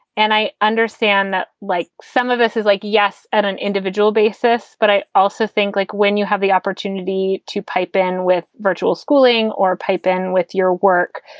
and i understand that, like some of us is like, yes, at an individual basis. but i also think, like, when you have the opportunity to pipe in with virtual schooling or pipe in with your work,